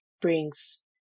brings